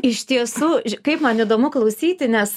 iš tiesų kaip man įdomu klausyti nes